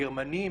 הגרמנים,